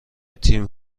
تیم